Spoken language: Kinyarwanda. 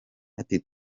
ati